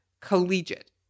collegiate